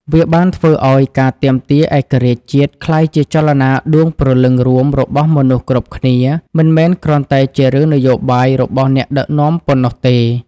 វាបានធ្វើឱ្យការទាមទារឯករាជ្យជាតិក្លាយជាចលនាដួងព្រលឹងរួមរបស់មនុស្សគ្រប់គ្នា មិនមែនគ្រាន់តែជារឿងនយោបាយរបស់អ្នកដឹកនាំប៉ុណ្ណោះទេ។